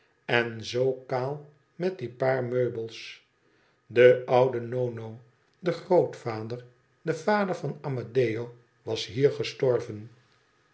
en zoo kaal met die paar meubels de oude nono de grootvader de vader van amedeo was hier gestorven